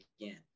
again